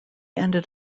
ended